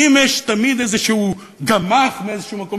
האם יש תמיד איזשהו גמ"ח מאיזשהו מקום,